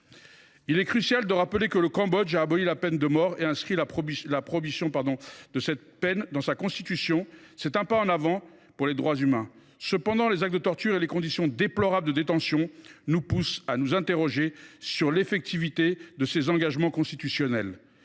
Il est crucial de rappeler que le Cambodge a aboli la peine de mort et inscrit la prohibition de cette peine dans sa Constitution. C’est un pas en avant pour les droits humains. Cependant, les actes de torture et les conditions déplorables de détention nous poussent à nous interroger sur l’effectivité de ces engagements constitutionnels.